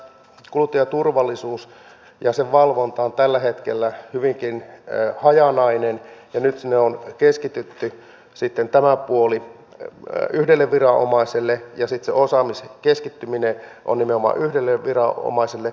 kuluttajaturvallisuus ja sen valvonta on tällä hetkellä hyvinkin hajanaista ja nyt on keskitetty tämä puoli yhdelle viranomaiselle ja se osaaminen nimenomaan yhdelle viranomaiselle